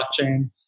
blockchain